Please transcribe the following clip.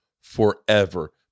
forever